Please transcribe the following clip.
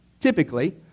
Typically